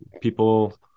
people